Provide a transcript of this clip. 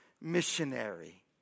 missionary